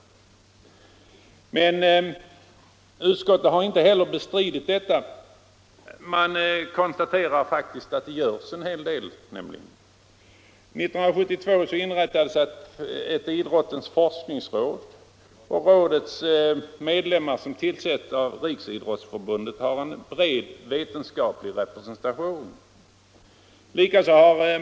Men utskottet har inte heller bestritt detta. Man konstaterar nämligen att det faktiskt görs en hel del. År 1972 inrättades ett idrottens forskningsråd, vars medlemmar, som tillsätts av Riksidrottsförbundet, har en bred vetenskaplig representation.